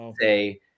say